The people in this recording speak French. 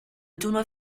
tournoi